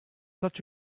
such